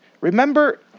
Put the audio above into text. Remember